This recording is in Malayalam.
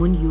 മുൻ യു